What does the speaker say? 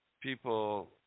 people